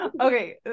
Okay